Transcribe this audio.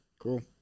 Cool